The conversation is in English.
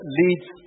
leads